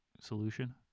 solution